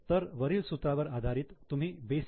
तर वरील सूत्रावर आधारित तुम्ही बेसिक इ